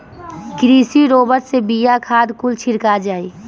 कृषि रोबोट से बिया, खाद कुल छिड़का जाई